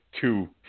two